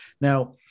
now